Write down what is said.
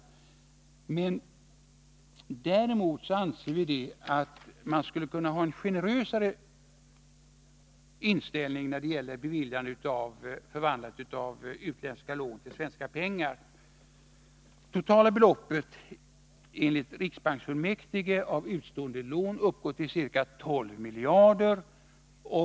Däremot anser vi att man skulle kunna ha en generösare inställning när det gäller förvandlande av utländska lån till lån i svenska pengar. Enligt riksbanksfullmäktige uppgår de utestående lånen till totalt ca 12 miljarder.